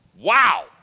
Wow